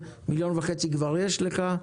1.5 מיליון שקלים כבר יש לך,